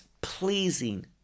pleasing